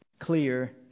clear